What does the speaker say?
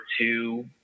two